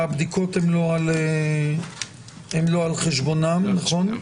הבדיקות הן לא על חשבונם, נכון?